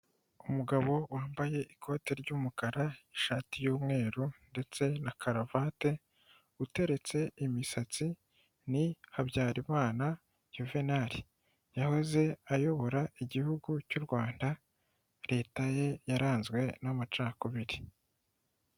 Umugabo wambaye ikote ry'umukara, ishati y'mweru ndetse na karavate, uteretse imisatsi, ni Habyarimana Juvenali; yahoze ayobora igihugu cy'u Rwanda, Leta ye yaranzwe n'amacakubiri.